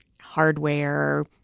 hardware